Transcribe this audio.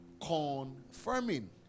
confirming